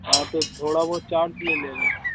हाँ तो थोड़ा बहुत चार्ज ले लेना